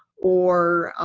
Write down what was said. or